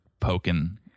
poking